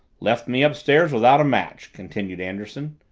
left me upstairs without a match, continued anderson.